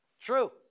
True